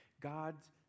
God's